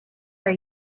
are